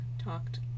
talked